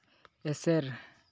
ᱮᱥᱮᱨ